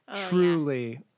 Truly